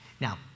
Now